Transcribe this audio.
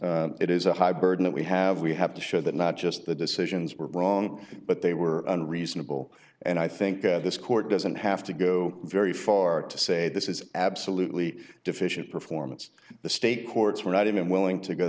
a high burden that we have we have to show that not just the decisions were braun but they were unreasonable and i think that this court doesn't have to go very far to say this is absolutely deficient performance the state courts were not even willing to go